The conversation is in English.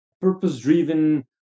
purpose-driven